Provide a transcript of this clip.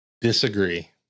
Disagree